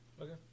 Okay